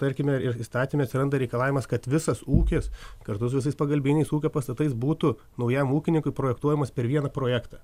tarkime ir ir įstatyme atsiranda reikalavimas kad visas ūkis kartu su visais pagalbiniais ūkio pastatais būtų naujam ūkininkui projektuojamas per vieną projektą